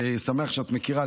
אני שמח שאת מכירה,